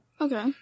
Okay